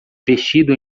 vestido